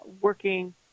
working